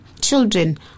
Children